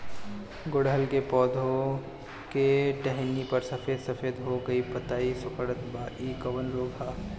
गुड़हल के पधौ के टहनियाँ पर सफेद सफेद हो के पतईया सुकुड़त बा इ कवन रोग ह?